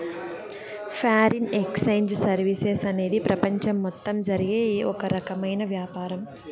foreign exchange services అనేది ప్రపంచం మొత్తం జరిగే ఓ రకమైన వ్యాపారం